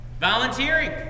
Volunteering